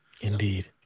indeed